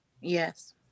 yes